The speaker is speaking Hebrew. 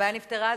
הבעיה נפתרה?